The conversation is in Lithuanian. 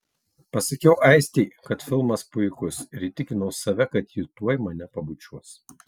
pasakiau aistei kad filmas puikus ir įtikinau save kad ji tuoj mane pabučiuos